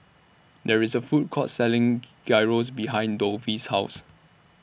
There IS A Food Court Selling Gyros behind Dovie's House